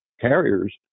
carriers